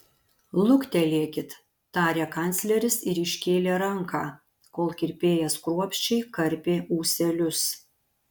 luktelėkit tarė kancleris ir iškėlė ranką kol kirpėjas kruopščiai karpė ūselius